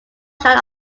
shot